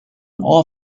all